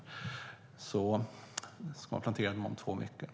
Man ska så dem om två veckor.